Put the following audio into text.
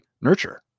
nurture